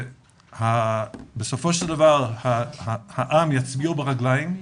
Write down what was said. שבסופו של דבר העם יצביעו ברגליים,